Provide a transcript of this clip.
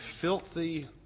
filthy